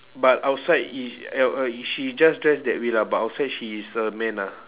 but outside is uh uh is she just dress that way lah but outside she is a man ah